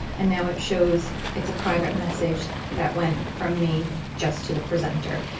and now it shows it's a private message that went from me just to the presenter.